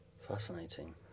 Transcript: Fascinating